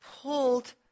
pulled